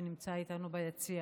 שנמצא איתנו ביציע.